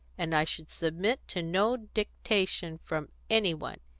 and i should submit to no dictation from any one.